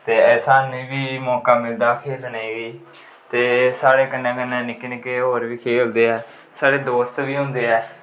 ते सानूं बी मौका मिलदा खेलने गी ते साढ़े कन्नै कन्नै निक्के निक्के होर बी खेलदे ऐ साढ़े दोस्त बी होंदे ऐ